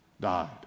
died